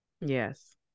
Yes